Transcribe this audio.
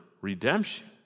redemption